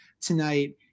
tonight